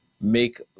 make